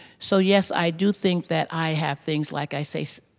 so, yes, i do think that i have things, like i say,